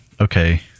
Okay